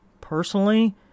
Personally